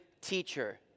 teacher